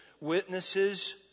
witnesses